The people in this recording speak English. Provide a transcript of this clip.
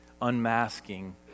Unmasking